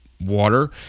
water